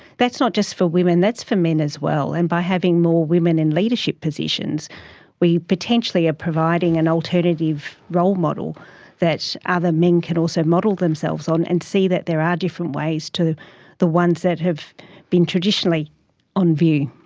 that's not just for women, that's for men as well, and by having more women in leadership positions we potentially are ah providing an alternative role model that other men can also model themselves on and see that there are different ways to the ones that have been traditionally on view.